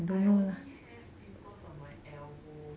I only have pimples on my elbow